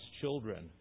children